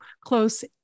close